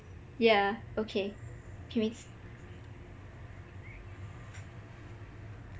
yah okay can we